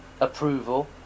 approval